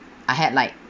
I had like